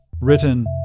written